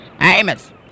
Amos